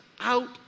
out